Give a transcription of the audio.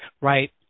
right